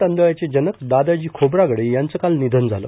तांदळाचे जनक दादाजी खोब्रागडे यांच काल निधन झालं